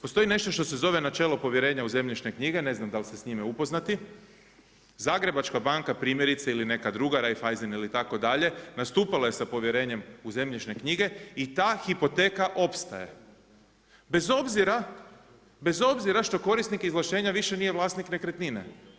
Postoji nešto što se zove načelo povjerenja u zemljišne knjige, ne znam da li ste s njime upoznati, Zagrebačka banka primjerice ili neka druga, Raiffeisen itd., nastupala je sa povjerenjem u zemljišne knjige i ta hipoteka opstaje bez obzira što korisnik izvlaštenja više nije vlasnik nekretnine.